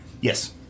Yes